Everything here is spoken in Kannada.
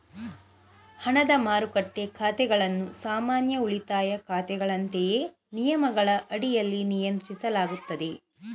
ಹಣದ ಮಾರುಕಟ್ಟೆ ಖಾತೆಗಳನ್ನು ಸಾಮಾನ್ಯ ಉಳಿತಾಯ ಖಾತೆಗಳಂತೆಯೇ ನಿಯಮಗಳ ಅಡಿಯಲ್ಲಿ ನಿಯಂತ್ರಿಸಲಾಗುತ್ತದೆ